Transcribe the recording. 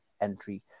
entry